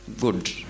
good